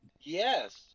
Yes